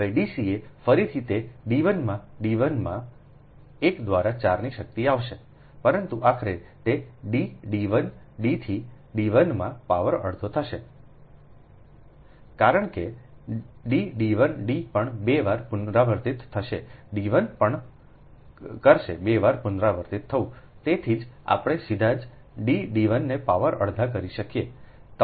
હવે d ca ફરીથી તે D1 માં D1 માં 1 દ્વારા 4 ની શક્તિ આવશે પરંતુ આખરે તે d d 1 ડીથી d 1 માં પાવર અડધા થશે કારણ કે D d 1 d પણ બે વાર પુનરાવર્તિત થશે d 1 પણ કરશે બે વાર પુનરાવર્તિત થવું તેથી જ આપણે સીધા જ D d 1 ને પાવર અડધા કરી શકીએ